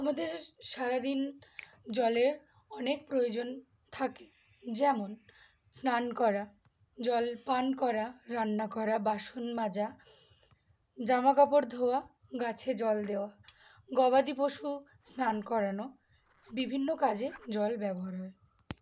আমাদের সারাদিন জলের অনেক প্রয়োজন থাকে যেমন স্নান করা জল পান করা রান্না করা বাসন মাজা জামা কাপড় ধোয়া গাছে জল দেওয়া গবাদি পশু স্নান করানো বিভিন্ন কাজে জল ব্যবহার হয়